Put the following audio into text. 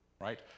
Right